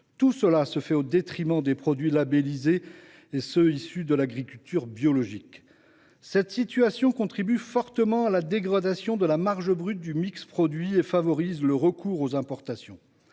Tout cela se fait au détriment des produits labellisés et des produits issus de l’agriculture biologique. Cette situation contribue fortement à la dégradation de la marge brute du mix produit et favorise le recours aux importations.